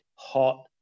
Hot